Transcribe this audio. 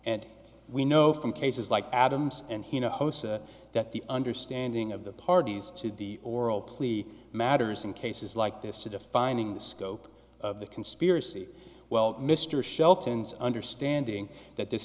and we know from cases like adams and host that the understanding of the parties to the oral plea matters in cases like this to defining the scope of the conspiracy well mr shelton's understanding that this